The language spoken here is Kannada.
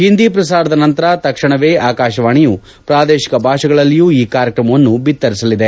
ಹಿಂದಿ ಪ್ರಸಾರದ ನಂತರ ತಕ್ಷಣವೇ ಆಕಾಶವಾಣಿಯು ಪ್ರಾದೇಶಿಕ ಭಾಷೆಗಳಲ್ಲಿಯೂ ಈ ಕಾರ್ಯಕ್ರಮವನ್ನು ಬಿತ್ತರಿಸಲಿದೆ